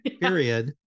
period